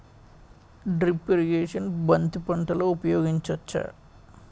Drip irrigation బంతి పంటలో ఊపయోగించచ్చ?